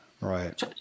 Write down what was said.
Right